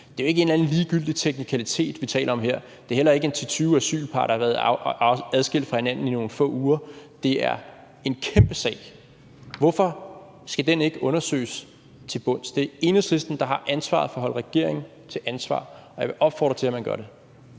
Det er jo ikke en eller anden ligegyldig teknikalitet, vi taler om her. Det er heller ikke 10-20 asylpar, der har været adskilt fra hinanden i nogle få uger. Det er en kæmpe sag. Hvorfor skal den ikke undersøges til bunds? Det er Enhedslisten, der har ansvaret for at stille regeringen til ansvar, og jeg vil opfordre til, at man gør det.